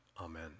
Amen